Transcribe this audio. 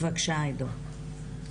בבקשה עידו.